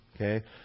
okay